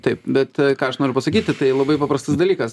taip bet ką aš noriu pasakyti tai labai paprastas dalykas